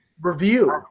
review